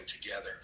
together